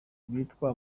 bitwa